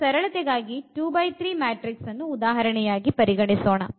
ನಾವು ಸರಳತೆಗಾಗಿ 2 x 3 matrix ಅನ್ನುಉದಾಹರಣೆಯಾಗಿ ಪರಿಗಣಿಸೋಣ